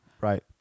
Right